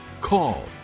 call